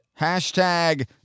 hashtag